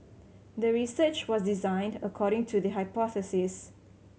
the research was designed according to the hypothesis